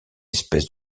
espèce